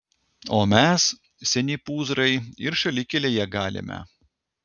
o mes seni pūzrai ir šalikelėje galime